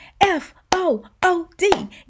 F-O-O-D